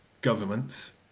governments